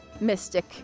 mystic